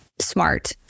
smart